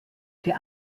für